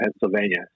Pennsylvania